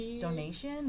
donation